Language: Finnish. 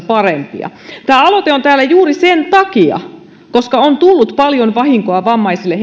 parempia tämä aloite on täällä juuri sen takia että on tullut paljon vahinkoa vammaisille